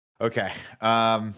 okay